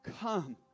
come